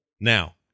Now